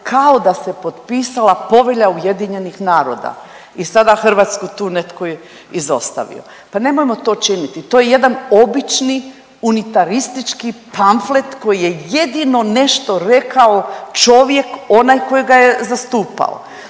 kao da se potpisala Povelja UN-a i sada Hrvatsku tu netko izostavio, pa nemojmo to činiti. To je jedan obični unitaristički pamflet koji je jedino nešto rekao čovjek onaj koji ga je zastupao.